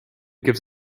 gives